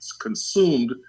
consumed